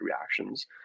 reactions